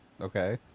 Okay